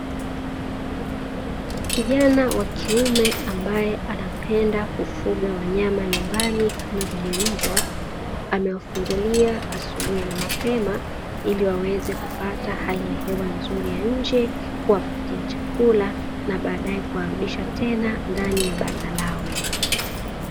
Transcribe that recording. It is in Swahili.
Kijana wa kiume ambaye anapenda kufuga wanyama nyumbani kama vile mbwa amewafungulia asubuhi na mapema ili waweze kupata hali ya hewa nzuri ya nje, kuwapatia chakula na baadaye kuwarudisha tena ndani ya banda lao.